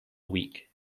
week